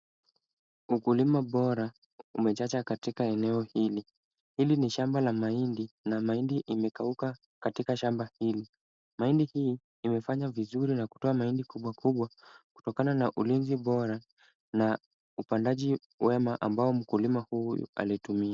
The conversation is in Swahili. Ukulima bora umechacha katika eneo hili. Hili ni shamba la mahindi na mahindi imekauka katika shamba hili. Mahindi hii imefanya vizuri na kutoa mahindi kubwa kubwa kutokana na ulinzi bora na upandaji mwema ambao mkulima huyu alitumia.